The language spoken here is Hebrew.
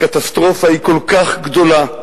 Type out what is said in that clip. הקטסטרופה היא כל כך גדולה,